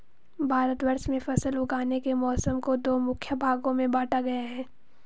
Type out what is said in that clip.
भारतवर्ष में फसल उगाने के मौसम को दो मुख्य भागों में बांटा गया है